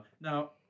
Now